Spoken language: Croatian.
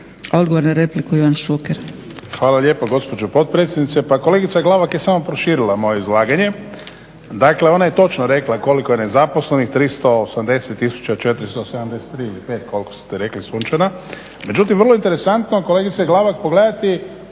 Odgovor na repliku Ivan Šuker. **Šuker, Ivan (HDZ)** Hvala lijepo gospođo potpredsjednice. Pa kolegica Glavak je samo proširila moje izlaganje, dakle ona je točno rekla koliko je nezaposlenih. 380473 ili pet koliko ste rekli Sunčana. Međutim, vrlo je interesantno kolegice Glavak pogledati